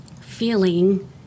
feeling